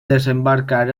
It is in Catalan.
desembarcar